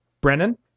Brennan